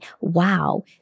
wow